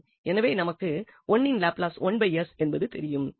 எனவே நமக்கு 1இன் லாப்லஸ் 1s என்பது தெரியும்